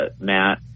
Matt